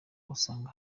usanga